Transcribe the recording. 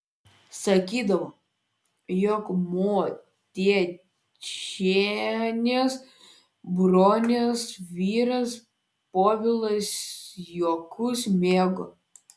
sakydavo jog motiečienės bronės vyras povilas juokus mėgo